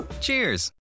Cheers